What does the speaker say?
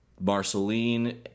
Marceline